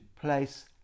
place